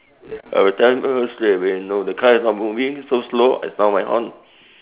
I will tell her straight away no the car is not moving so slow I sound my horn